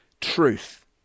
truth